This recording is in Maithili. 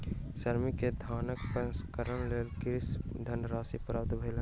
श्रमिक के धानक प्रसंस्करणक लेल किछ धनराशि प्राप्त भेल